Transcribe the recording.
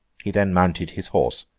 he then mounted his horse,